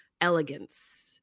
elegance